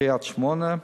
קריית-שמונה,